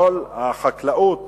אני רוצה להגיד לך: כל החקלאות